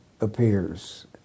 appears